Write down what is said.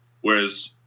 whereas